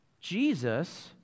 Jesus